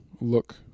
look